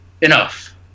enough